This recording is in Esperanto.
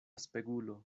spegulo